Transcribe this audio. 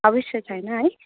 अवश्य छैन है